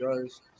guy's